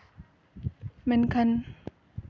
ᱢᱮᱱᱠᱷᱟᱱ